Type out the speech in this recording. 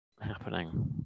happening